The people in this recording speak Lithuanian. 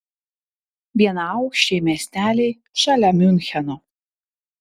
vienaaukščiai miesteliai šalia miuncheno